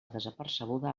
desapercebuda